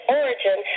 origin